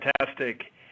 fantastic